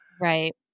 Right